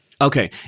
Okay